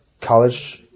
college